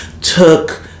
took